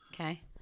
Okay